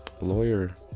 lawyer